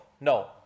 No